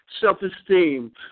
self-esteem